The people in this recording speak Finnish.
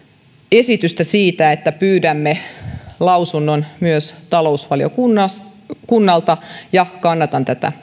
esitystä siitä että pyydämme lausunnon myös talousvaliokunnalta ja kannatan tätä